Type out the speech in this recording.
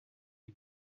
une